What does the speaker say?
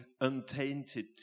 untainted